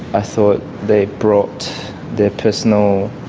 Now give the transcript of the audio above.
i thought they brought their personal